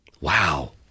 Wow